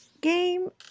game